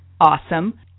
Awesome